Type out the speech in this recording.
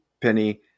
penny